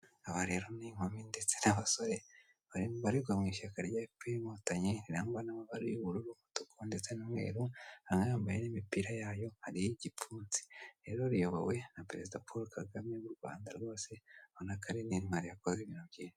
Aba rero ni inkumi ndetse n'abasore babarirwa mu ishyaka rya efuperi inkotanyi rirangwa ni amabara y'ubururu, umutuku ndetse n'umweru aha yambaye n'imipira yayo hariho igipfunsi rero riyobowe na perezida Paul Kagame mu Rwanda rwose ubona ko ari n'intwari yakoze ibintu byinshi.